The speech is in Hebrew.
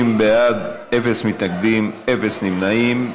50 בעד, אפס מתנגדים, אפס נמנעים.